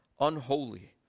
unholy